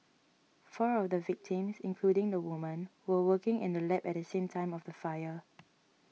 four of the victims including the woman were working in the lab at the time of the fire